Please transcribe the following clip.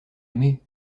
aimé